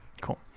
Cool